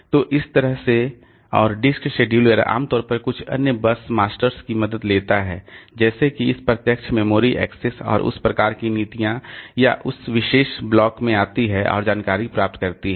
तो इस तरह से और डिस्क शेड्यूलर आम तौर पर कुछ अन्य बस मास्टर्स की मदद लेता है जैसे कि इस प्रत्यक्ष मेमोरी एक्सेस और उस प्रकार की नीतियां उस विशेष ब्लॉक में आती हैं और जानकारी प्राप्त करती हैं